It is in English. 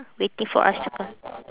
waiting for us to co~